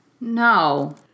no